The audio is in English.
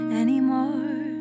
anymore